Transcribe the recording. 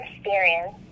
experience